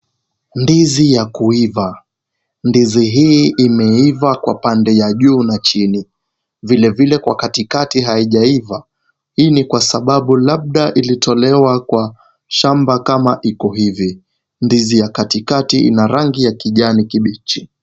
Ndizi ya kuiva. Ndizi hii imeiva kwa pande ya juu na chini. Vilevile kwa katikati haijaiva, hii ni kwa sababu labda ilitolewa kwa shamba kama iko hivi. Ndizi ya katikati ina rangi ya kijani kibichi.